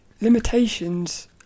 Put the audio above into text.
limitations